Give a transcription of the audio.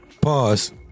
Pause